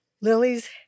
Lilies